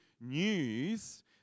news